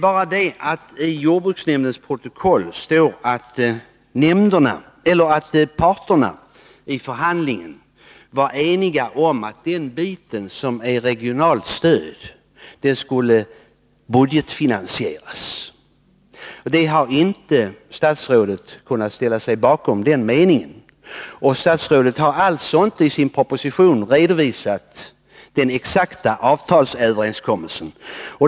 Men i jordbruksnämndens protokoll står det att förhandlingsparterna var eniga om att den bit som gäller regionalstöd skulle budgetfinansieras. Det har inte statsrådet kunnat ställa sig bakom. Statsrådet har alltså inte i propositionen redovisat den exakta överenskommelsen.